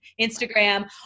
instagram